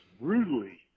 brutally